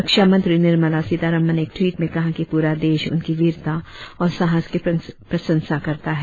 रक्षामंत्री निर्मला सीतारामन ने एक टवीट में कहा कि पूरा देश उनकी वीरता और साहस की प्रशांसा करता है